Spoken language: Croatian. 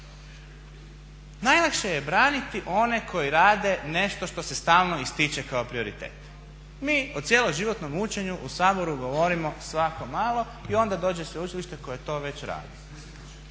najlakše je braniti one koji rade nešto što se stalno ističe kao prioritet. Mi o cjeloživotnom učenju u Saboru govorimo svako malo i onda dođe sveučilište koje to već radi.